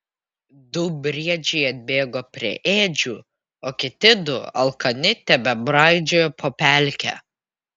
du briedžiai atbėgo prie ėdžių o kiti du alkani tebebraidžiojo po pelkę